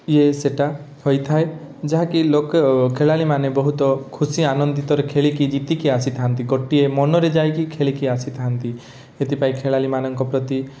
ଇଏ ସେଇଟା ହୋଇଥାଏ ଯାହାକି ଲୋକ ଖେଳାଳି ମାନେ ବହୁତ ଖୁସି ଆନନ୍ଦିତରେ ଖେଳିକି ଜିତିକି ଆସିଥାନ୍ତି ଗୋଟିଏ ମନରେ ଯାଇକି ଖେଳିକି ଆସିଥାନ୍ତି ସେଥିପାଇଁ ଖେଳାଳି ମାନଙ୍କ ପ୍ରତି